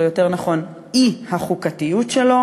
או יותר נכון האי-חוקתיות שלו,